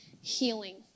healing